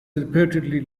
reportedly